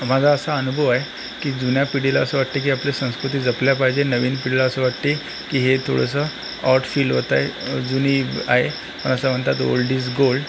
माझा असा अनुभव आहे की जुन्या पिढीला असं वाटतं की आपल्या संस्कृती जपल्या पाहिजेन नवीन पिढीला असं वाटते की हे थोडंसं ऑड फील होतं आहे अजूनही आहे असं म्हणतात ओल्ड इज गोल्ड